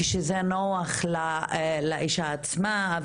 כשזה נוח לאשה עצמה.